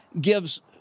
gives